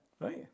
Right